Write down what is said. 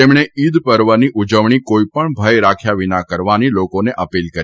તેમણે ઇદપર્વની ઉજવણી કોઇપણ ભય રાખ્યા વિના કરવાની લોકોને અપીલ કરી